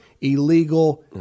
illegal